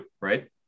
right